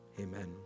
amen